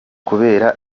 kubera